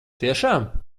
tiešām